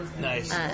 Nice